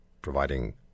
providing